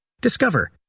Discover